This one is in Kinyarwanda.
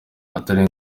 atari